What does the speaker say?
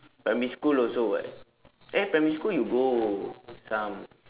primary school also [what] eh primary school you go some